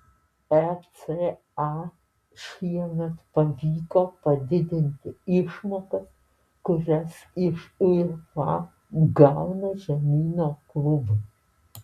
eca šiemet pavyko padidinti išmokas kurias iš uefa gauna žemyno klubai